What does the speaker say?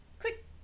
quick